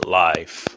life